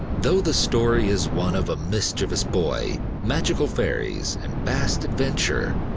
though the story is one of a mischievous boy, magical fairies, and vast adventure,